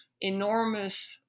enormous